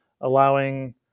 allowing